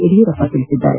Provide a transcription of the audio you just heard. ಯಡಿಯೂರಪ್ಪ ಹೇಳಿದ್ದಾರೆ